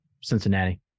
Cincinnati